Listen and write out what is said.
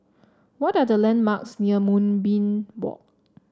what are the landmarks near Moonbeam Walk